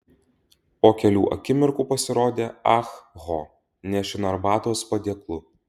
po kelių akimirkų pasirodė ah ho nešina arbatos padėklu